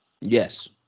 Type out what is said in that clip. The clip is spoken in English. Yes